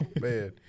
man